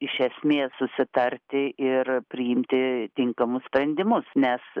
iš esmės susitarti ir priimti tinkamus sprendimus nes